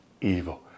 evil